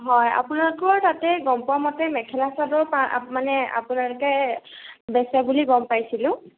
হয় আপোনালোকৰ তাতে গম পোৱা মতে মেখেলা চাদৰ পা মানে আপোনালোকে বেচে বুলি গম পাইছিলোঁ